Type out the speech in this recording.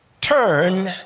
turn